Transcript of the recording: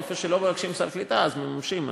איפה שלא מבקשים סל קליטה מממשים,